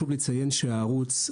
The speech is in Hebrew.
שהערוץ,